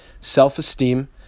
Self-esteem